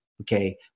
okay